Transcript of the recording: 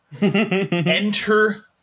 Enter